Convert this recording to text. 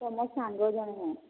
ତୁମ ସାଙ୍ଗ ଜଣେ ମୁଁ